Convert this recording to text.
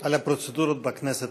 על הפרוצדורות בכנסת,